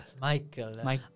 Michael